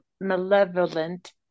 Malevolent